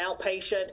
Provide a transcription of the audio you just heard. outpatient